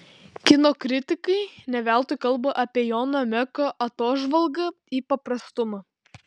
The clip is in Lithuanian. kino kritikai ne veltui kalba apie jono meko atožvalgą į paprastumą